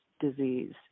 disease